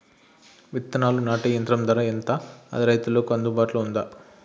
విత్తనాలు నాటే యంత్రం ధర ఎంత అది రైతులకు అందుబాటులో ఉందా?